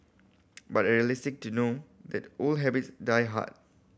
but are realistic to know that old habits die hard